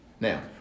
now